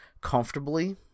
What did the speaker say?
comfortably